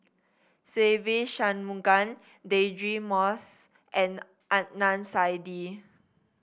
Se Ve Shanmugam Deirdre Moss and Adnan Saidi